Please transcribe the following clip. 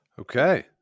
Okay